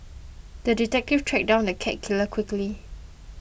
the detective tracked down the cat killer quickly